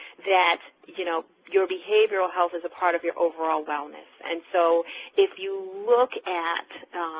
that you know, your behavioral health is a part of your overall wellness. and so if you look at